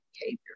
behavior